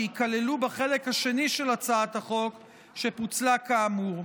שייכללו בחלק השני של הצעת החוק שפוצלה כאמור.